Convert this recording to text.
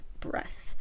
breath